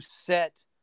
set